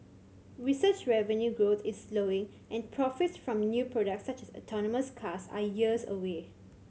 research revenue growth is slowing and profits from new products such as autonomous cars are years away